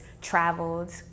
traveled